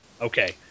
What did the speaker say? okay